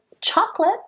chocolate